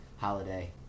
Holiday